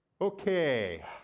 Okay